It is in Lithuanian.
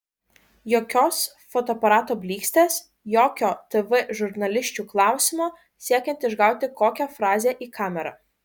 jokios fotoaparato blykstės jokio tv žurnalisčių klausimo siekiant išgauti kokią frazę į kamerą